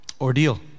ordeal